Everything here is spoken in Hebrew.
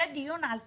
זה דיון על התקציב.